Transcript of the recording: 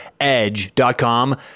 edge.com